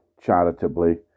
charitably